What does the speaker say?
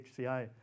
HCI